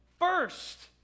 first